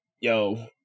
yo